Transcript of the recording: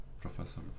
Professor